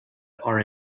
are